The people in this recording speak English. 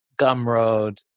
Gumroad